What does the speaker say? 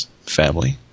family